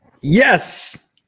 Yes